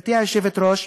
גברתי היושבת-ראש,